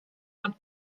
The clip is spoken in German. von